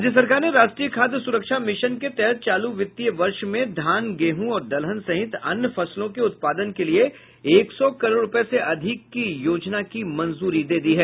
राज्य सरकार ने राष्ट्रीय खाद्य सुरक्षा मिशन के तहत चालू वित्तीय वर्ष में धान गेहूं और दलहन सहित अन्य फसलों के उत्पादन के लिए एक सौ करोड़ रूपये से अधिक की योजना की मंजूरी दे दी है